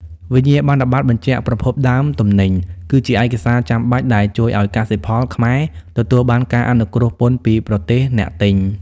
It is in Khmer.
វិញ្ញាបនបត្របញ្ជាក់ប្រភពដើមទំនិញ គឺជាឯកសារចាំបាច់ដែលជួយឱ្យកសិផលខ្មែរទទួលបានការអនុគ្រោះពន្ធពីប្រទេសអ្នកទិញ។